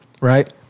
right